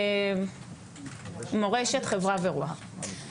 קודם כל אל תתרגשי מרוחות ה-freeze האלה